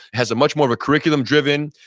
has a much more of a curriculum driven,